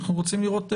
אנחנו רוצים לראות,